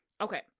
Okay